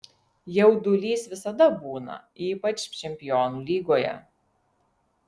jaudulys visada būna ypač čempionų lygoje